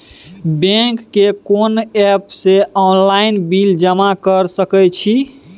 Bank के कोन app से ऑनलाइन बिल जमा कर सके छिए?